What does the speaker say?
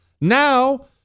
Now